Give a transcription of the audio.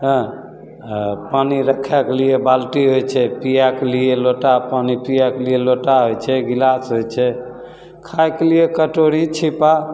हँ आओर पानी रखैके लिए बाल्टी होइ छै पिएके लिए लोटा पानी पिएके लिए लोटा होइ छै गिलास होइ छै खाइके लिए कटोरी छिप्पा